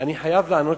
אני חייב לענות,